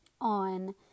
on